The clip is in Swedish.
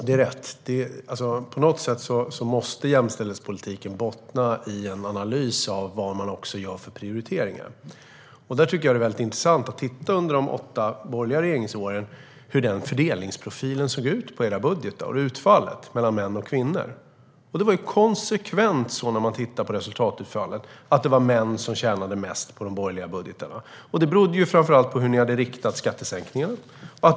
Det är rätt - på något sätt måste jämställdhetspolitiken bottna i en analys av vad man gör för prioriteringar. Jag tycker att det är väldigt intressant att titta på hur fördelningsprofilen och utfallet mellan män och kvinnor såg ut i de åtta borgerliga regeringsårens budgetar. Resultatutfallet var konsekvent att det var män som tjänade mest på de borgerliga budgetarna. Det berodde framför allt på hur ni hade riktat skattesänkningarna.